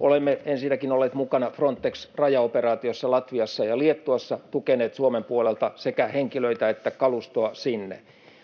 Olemme ensinnäkin olleet mukana Frontex-rajaoperaatiossa Latviassa ja Liettuassa, tukeneet Suomen puolelta sekä henkilöitä että kalustoa sinne.